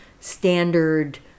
standard